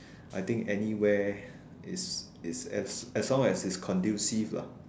I think anywhere is is as as long as it's conducive lah